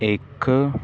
ਇੱਕ